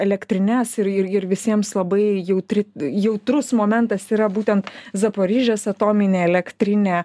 elektrines ir ir ir visiems labai jautri jautrus momentas yra būtent zaporižės atominė elektrinė